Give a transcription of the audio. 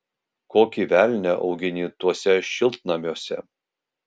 kokį velnią augini tuose šiltnamiuose